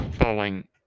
falling